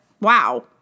wow